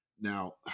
Now